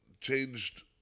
Changed